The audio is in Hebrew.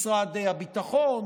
משרד הביטחון,